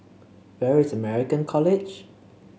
where is American College